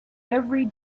every